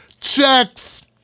checks